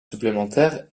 supplémentaire